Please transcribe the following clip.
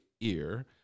ear